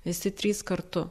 visi trys kartu